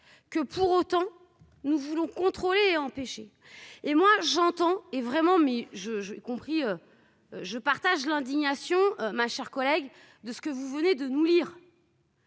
que pour autant nous voulons contrôler empêcher et moi j'entends et vraiment mais je j'ai compris, je partage l'indignation, ma chère collègue de ce que vous venez de nous lire.